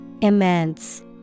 Immense